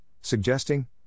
suggesting